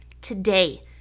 today